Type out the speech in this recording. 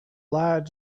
lied